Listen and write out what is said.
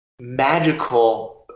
magical